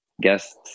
guests